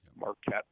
Marquette